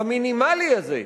המינימלי הזה,